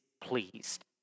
pleased